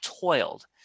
toiled